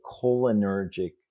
cholinergic